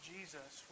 Jesus